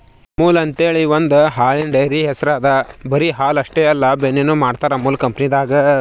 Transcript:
ಅಮುಲ್ ಅಂಥೇಳಿ ಒಂದ್ ಹಾಲಿನ್ ಡೈರಿ ಹೆಸ್ರ್ ಅದಾ ಬರಿ ಹಾಲ್ ಅಷ್ಟೇ ಅಲ್ಲ ಬೆಣ್ಣಿನು ಮಾಡ್ತರ್ ಅಮುಲ್ ಕಂಪನಿದಾಗ್